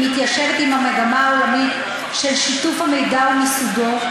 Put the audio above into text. היא מתיישבת עם המגמה העולמית של שיתוף המידע ומיסודו,